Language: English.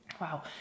wow